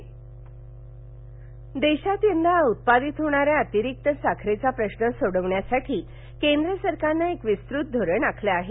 मंत्रिमंडळ निर्णय देशात यंदा उत्पादित होणाऱ्या अतिरिक्त साखरेचा प्रश्न सोडवण्यासाठी केंद्र सरकारनं एक विस्तृत धोरण आखलं आहे